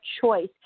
choice